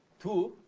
two